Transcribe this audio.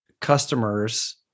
customers